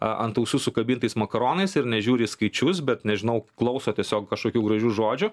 a ant ausų sukabintais makaronais ir nežiūri į skaičius bet nežinau klauso tiesiog kažkokių gražių žodžių